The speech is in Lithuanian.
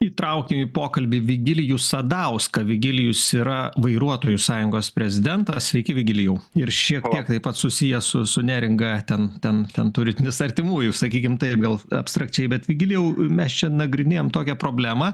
įtraukiau į pokalbį vigilijų sadauską virgilijus yra vairuotojų sąjungos prezidentas sveiki vigilijau ir šiek tiek taip pat susijęs su neringa ten ten ten turintis artimųjų sakykim taip gal abstrakčiai bet vigilijau mes čia nagrinėjam tokią problemą